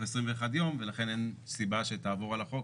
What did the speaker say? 21 יום ולכן אין סיבה שתעבור על החוק